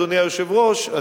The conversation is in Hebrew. אדוני היושב-ראש,